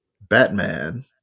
Batman